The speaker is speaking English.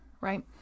right